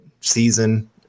season